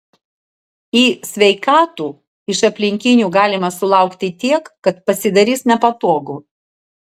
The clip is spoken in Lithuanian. į sveikatų iš aplinkinių galima sulaukti tiek kad pasidarys nepatogu